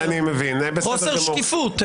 חוסר שקיפות.